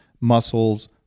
muscles